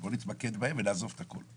בואו נתמקד בהם ונעזוב את הכל.